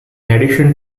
addition